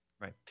Right